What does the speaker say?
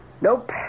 Nope